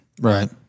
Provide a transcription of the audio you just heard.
right